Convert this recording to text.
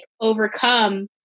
overcome